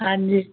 ਹਾਂਜੀ